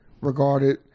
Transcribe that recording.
regarded